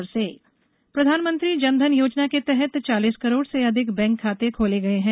जनधन प्रधानमंत्री जनधन योजना के तहत चालीस करोड से अधिक बैंक खाते खोले गए हैं